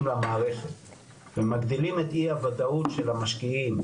למערכת ומגדילים את אי הוודאות של המשקיעים,